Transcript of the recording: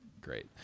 great